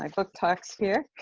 um book talks here